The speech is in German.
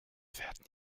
fährt